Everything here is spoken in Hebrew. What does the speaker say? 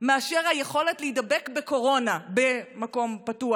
מאשר היכולת להידבק בקורונה במקום פתוח,